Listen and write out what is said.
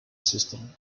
system